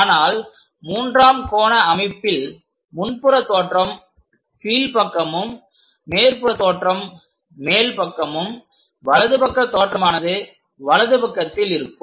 ஆனால் மூன்றாம் கோண அமைப்பில் முன்புற தோற்றம் கீழ் பக்கமும் மேற்புறத் தோற்றம் மேல் பக்கமும் வலது பக்க தோற்றமானது வலது பக்கத்தில் இருக்கும்